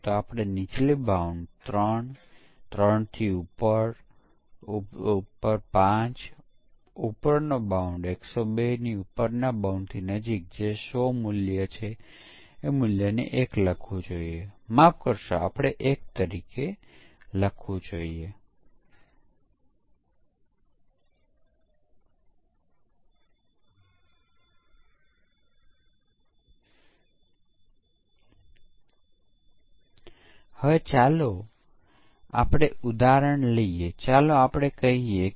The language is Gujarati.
તેથી ગ્રાહક ને શેની જરૂરિયાત છે વપરાશકર્તાઓને ખરેખર શું જોઈએ છે અને તે તેના આધારે સ્વીકૃતિ પરીક્ષણ કરે છે